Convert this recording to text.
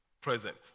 present